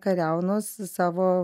kariaunos savo